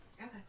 Okay